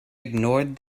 ignored